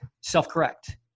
self-correct